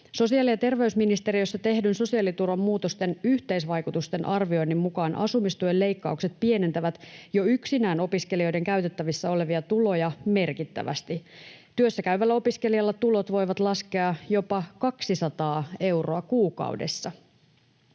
Sosiaali- ja terveysministeriössä tehdyn sosiaaliturvan muutosten yhteisvaikutusten arvioinnin mukaan asumistuen leikkaukset pienentävät jo yksinään opiskelijoiden käytettävissä olevia tuloja merkittävästi. Työssä käyvällä opiskelijalla tulot voivat laskea jopa 200 euroa kuukaudessa.